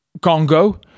congo